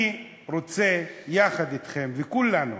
אני רוצה יחד אתכם שכולנו